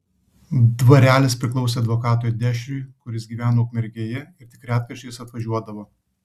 dvarelis priklausė advokatui dešriui kuris gyveno ukmergėje ir tik retkarčiais atvažiuodavo